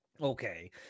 okay